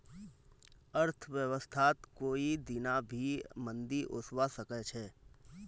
अर्थव्यवस्थात कोई दीना भी मंदी ओसवा सके छे